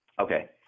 Okay